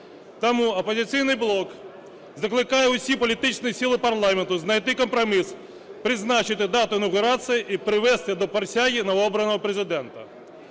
Тому "Опозиційний блок" закликає всі політичні сили парламенту знайти компроміс, призначити дату інавгурації і привести до присяги новообраного Президента.